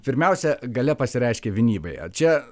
pirmiausia galia pasireiškia vienybėje čia